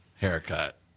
haircut